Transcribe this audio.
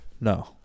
No